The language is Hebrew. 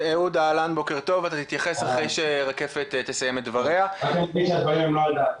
הוועדה, אני רוצה להגיד שהדברים הם לא על דעתנו.